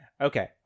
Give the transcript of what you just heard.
okay